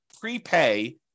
prepay